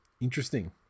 interesting